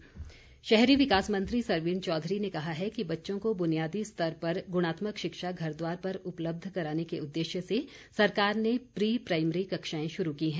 सरवीण चौधरी शहरी विकास मंत्री सरवीण चौधरी ने कहा है कि बच्चों को बुनियादी स्तर पर गुणात्मक शिक्षा घर द्वार पर उपलब्ध कराने के उदेश्य से सरकार ने प्री प्राईमरी कक्षाएं शुरू की हैं